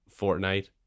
Fortnite